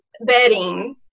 bedding